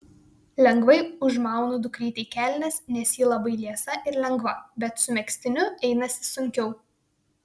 lengvai užmaunu dukrytei kelnes nes ji labai liesa ir lengva bet su megztiniu einasi sunkiau